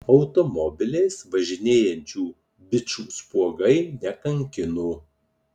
automobiliais važinėjančių bičų spuogai nekankino